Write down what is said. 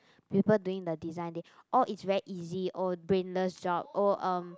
people doing the design they orh it's very easy oh brainless job oh um